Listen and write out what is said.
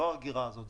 לא ההגירה הזאת.